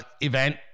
event